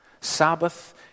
Sabbath